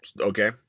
okay